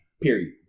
Period